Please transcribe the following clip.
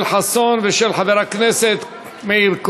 של חבר הכנסת יואל חסון,